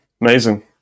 amazing